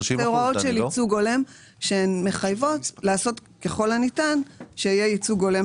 אלה הוראות של ייצוג הולם שמחייבות לעשות ככל הניתן שיהיה ייצוג הולם